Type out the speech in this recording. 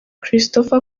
christopher